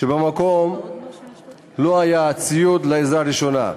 שבמקום לא היה הציוד לעזרה ראשונה.